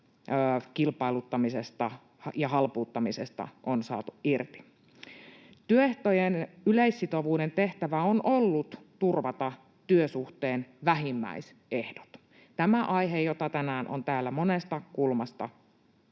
kilpailuttamisesta ja halpuuttamisesta on saatu irti. Työehtojen yleissitovuuden tehtävä on ollut turvata työsuhteen vähimmäisehdot. Tämä on aihe, josta tänään on täällä monesta kulmasta